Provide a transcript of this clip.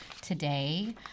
today